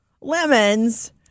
lemons